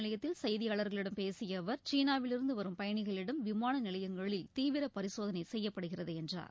நிலையத்தில் செய்தியாளர்களிடம் பேசிய அவர் சீனாவிலிருந்து விமான வரும் மதுரை பயணிகளிடம் விமான நிலையங்களில் தீவிர பரிசோதனை செய்யப்படுகிறது என்றார்